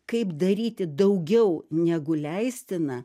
kaip daryti daugiau negu leistina